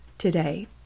today